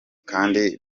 kandi